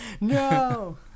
No